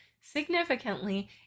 significantly